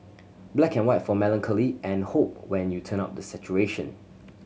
black and white for melancholy and hope when you turn up the saturation